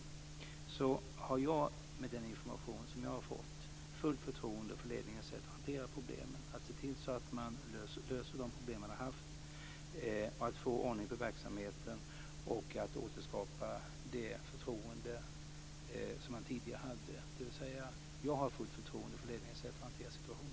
Det handlar om att man ska se till att lösa de problem som man har haft, få ordning på verksamheten och återskapa det förtroende som man tidigare hade. Jag har alltså fullt förtroende för ledningens sätt att hantera situationen.